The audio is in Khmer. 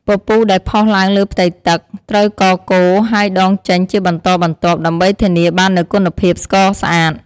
ពពុះដែលផុសឡើងលើផ្ទៃទឹក ត្រូវកកូរហើយដងចេញជាបន្តបន្ទាប់ ដើម្បីធានាបាននូវគុណភាពស្ករស្អាត។